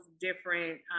different